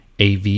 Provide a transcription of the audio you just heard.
AV